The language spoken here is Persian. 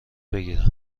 بگیرم